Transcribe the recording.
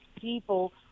people